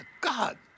God